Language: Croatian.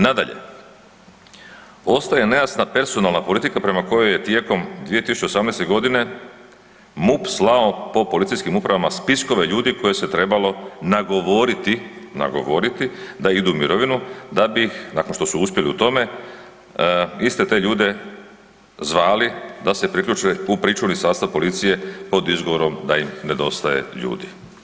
Nadalje, ostaje nejasna personalna politika prema kojoj je tijekom 2018.g. MUP slao po policijskim upravama spiskove ljudi koje se trebalo nagovoriti, nagovoriti da idu u mirovinu da bi ih, nakon što su uspjeli u tome, iste te ljude zvali da se priključe u pričuvni sastav policije pod izgovorom da im nedostaje ljudi.